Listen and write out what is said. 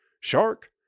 shark